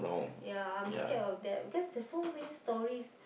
ya I'm scared of that because there's so many stories